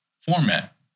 format